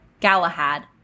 Galahad